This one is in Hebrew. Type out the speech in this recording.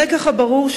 הלקח הברור,